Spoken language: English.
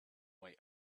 way